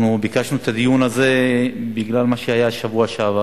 ביקשנו את הדיון הזה בגלל מה שהיה בשבוע שעבר.